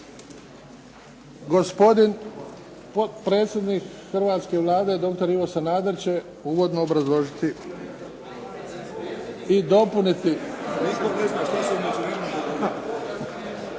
Gospodin potpredsjednik hrvatske Vlade, doktor Ivo Sanader će uvodno obrazložiti i dopuniti.